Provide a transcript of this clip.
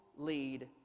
lead